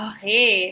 Okay